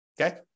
okay